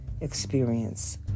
Experience